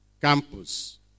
Campus